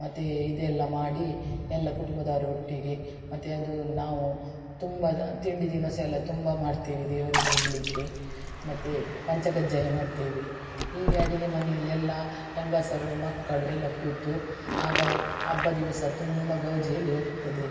ಮತ್ತು ಇದೆಲ್ಲ ಮಾಡಿ ಎಲ್ಲ ಕುಟುಂಬದವರೊಟ್ಟಿಗೆ ಮತ್ತು ಅದು ನಾವು ತುಂಬ ತಿಂಡಿ ತಿನಿಸೆಲ್ಲ ತುಂಬ ಮಾಡ್ತೇವೆ ದೇವರಿಗೆ ಇಡಲಿಕ್ಕೆ ಮತ್ತು ಪಂಚಕಜ್ಜಾಯ ಮಾಡ್ತೇವೆ ಹೀಗೆ ಅಡುಗೆ ಮನೆಯಲ್ಲೆಲ್ಲ ಹೆಂಗಸರು ಮಕ್ಕಳು ಎಲ್ಲ ಕೂತು ಆಗ ಹಬ್ಬ ದಿವಸ ತುಂಬ ಗೌಜಿಯಲ್ಲಿ ಹೋಗ್ತದೆ